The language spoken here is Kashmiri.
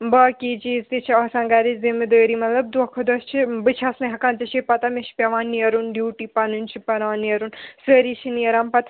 باقی چیٖز تہِ چھِ آسان گَرِچ ذِمِدٲری مطلب دۄہ کھۄ دۄہ چھِ بہٕ چھَس نہٕ ہٮ۪کان ژےٚ چھے پَتَہ مےٚ چھِ پٮ۪وان نیرُن ڈیوٗٹی پَنٕنۍ چھِ پَران نیرُن سٲری چھِ نیران پَتہٕ